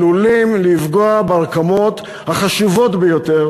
עלולים לפגוע ברקמות החשובות ביותר